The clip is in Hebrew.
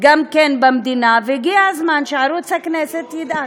במדינה והגיע הזמן שערוץ הכנסת ידאג,